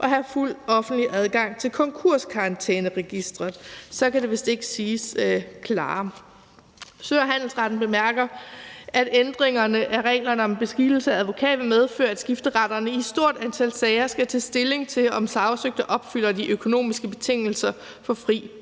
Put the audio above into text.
at have fuld offentlig adgang til konkurskarantæneregistret.« Så kan det vist ikke siges klarere. Sø- og Handelsretten bemærker, at »ændring af reglerne om beskikkelse af advokat vi medføre, at skifteretterne i et betydeligt antal sager skal tage stilling til, om sagsøgte opfylder de økonomiske betingelser for fri